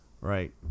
Right